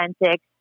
authentic